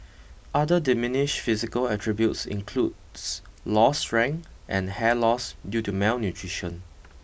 other diminished physical attributes includes lost strength and hair loss due to malnutrition